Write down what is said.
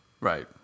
right